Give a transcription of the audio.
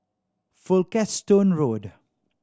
Folkestone Road